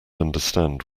understand